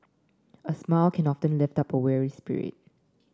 a smile can often lift up a weary spirit